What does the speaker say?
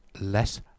less